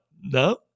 no